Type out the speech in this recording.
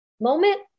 moment